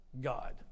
God